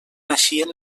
naixien